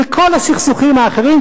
וכל הסכסוכים האחרים,